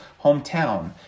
hometown